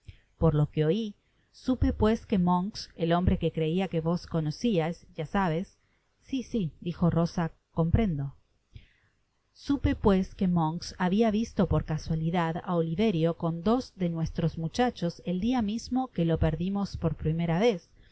por lo que oi supe pues que monks el hombre que creia que vos conociais ya sabeis si si dijo rosa comprendo supe pues que monks habia visto por casualidad á olive rio cu dos de nuestros muchachos el dia misino que lo perdimos por primera vez